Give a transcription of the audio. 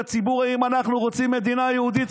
הציבור: האם אנחנו רוצים מדינה יהודית,